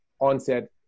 onset